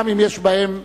גם אם יש ביניהם